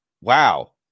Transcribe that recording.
wow